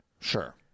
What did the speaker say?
Sure